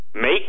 Make